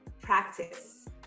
practice